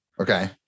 Okay